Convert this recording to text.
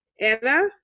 Anna